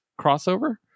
crossover